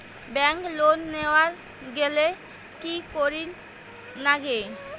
Bank loan নেওয়ার গেইলে কি করীর নাগে?